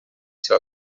seu